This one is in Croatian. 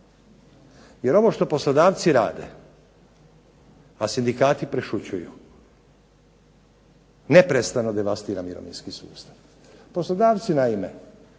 Jer ovo što poslodavci rade, a sindikati prešućuju neprestano devastira mirovinski sustav. Poslodavce naime,